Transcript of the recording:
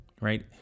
right